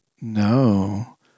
No